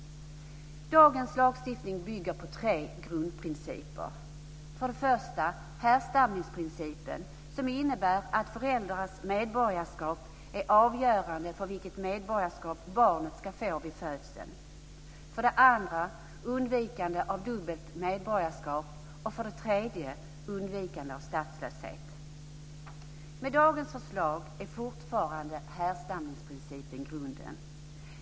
Dagens lagstiftning bygger på tre grundprinciper. För det första bygger den på härstamningsprincipen som innebär att föräldrarnas medborgarskap är avgörande för vilket medborgarskap barnet ska få vid födseln. För det andra bygger den på undvikande av dubbelt medborgarskap. För det tredje bygger den på undvikande av statslöshet. Med dagens förslag utgör härstamningsprincipen fortfarande grunden.